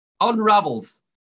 Unravels